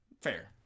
Fair